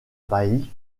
bailly